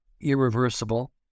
irreversible